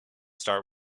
start